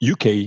UK